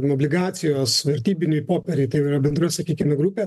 nubligacijos vertybiniai popieriai tai ir yra bendra sakykime grupė